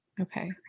Okay